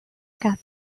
quatre